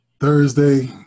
Thursday